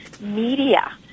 Media